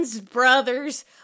brothers